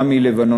גם מלבנון,